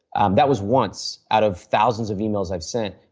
um that was once out of thousands of emails i have sent.